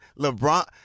LeBron